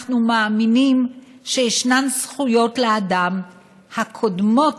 אנחנו מאמינים שישנן זכויות לאדם הקודמות